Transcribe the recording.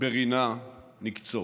ברינה נקצור.